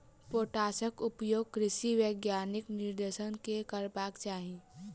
पोटासक उपयोग कृषि वैज्ञानिकक निर्देशन मे करबाक चाही